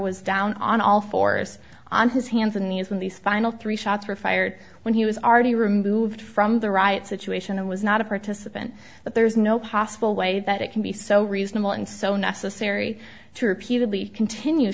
was down on all fours on his hands and knees when these final three shots were fired when he was already removed from the riot situation i was not a participant but there's no possible way that it can be so reasonable and so necessary